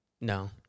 No